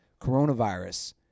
coronavirus